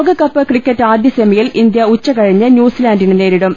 ലോകകപ്പ് ക്രിക്കറ്റ് ആദ്യ സെമിയിൽ ഇന്ത്യ ഉച്ച കഴിഞ്ഞ് ന്യൂസിലാന്റിനെ നേരിടും